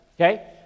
Okay